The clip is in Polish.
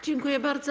Dziękuję bardzo.